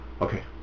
Okay